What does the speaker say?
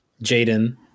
Jaden